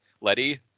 Letty